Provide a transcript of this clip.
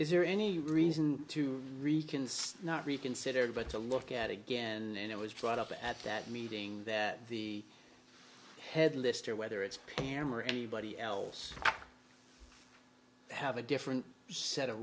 is there any reason to reconstruct not reconsider but to look at again and it was brought up at that meeting that the head lister whether it's pm or anybody else i have a different set of